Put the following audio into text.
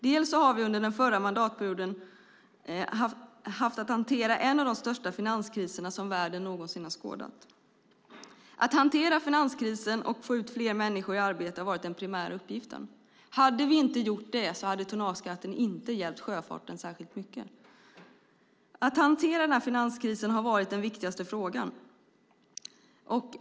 Och under den förra mandatperioden har vi också haft att hantera en av de största finanskriser som världen någonsin har skådat. Att hantera finanskrisen och få ut fler människor i arbete har varit den primära uppgiften. Hade vi inte gjort det hade tonnageskatten inte hjälpt sjöfarten särskilt mycket. Att hantera den här finanskrisen har varit den viktigaste frågan.